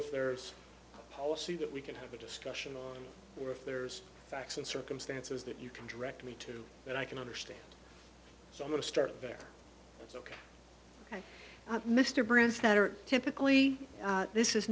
if there's a policy that we can have a discussion on or if there's facts and circumstances that you can direct me to that i can understand so i'm going to start there ok mr brands that are typically this is